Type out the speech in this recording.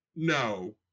No